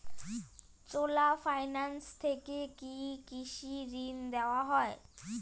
চোলা finance থেকে কি কৃষি ঋণ দেওয়া হয়?